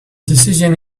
decision